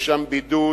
יש שם בידוד,